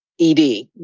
ED